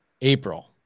April